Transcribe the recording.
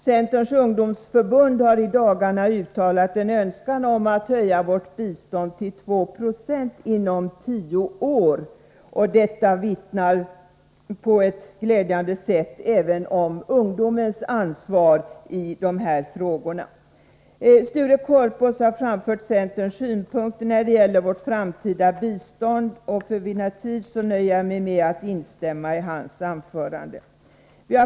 Centerns ungdomsförbund har i dagarna uttalat en önskan att höja vårt bistånd till 2 96 inom tio år. Detta vittnar på ett glädjande sätt om även ungdomens ansvar i dessa frågor. Sture Korpås har framfört centerns synpunkter när det gäller vårt framtida bistånd, och för att vinna tid nöjer jag mig med att instämma i hans anförande.